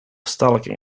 stalking